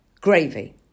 gravy